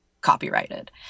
copyrighted